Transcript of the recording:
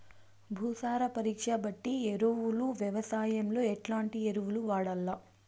భూసార పరీక్ష బట్టి ఎరువులు వ్యవసాయంలో ఎట్లాంటి ఎరువులు వాడల్ల?